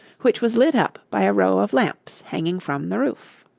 which was lit up by a row of lamps hanging from the roof.